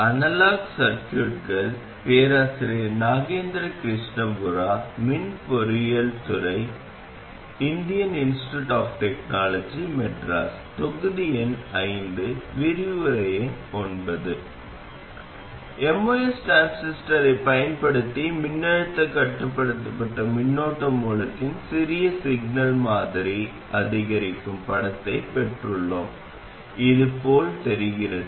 MOS டிரான்சிஸ்டரைப் பயன்படுத்தி மின்னழுத்தக் கட்டுப்படுத்தப்பட்ட மின்னோட்ட மூலத்தின் சிறிய சிக்னல் மாதிரி அதிகரிக்கும் படத்தைப் பெற்றுள்ளோம் இது போல் தெரிகிறது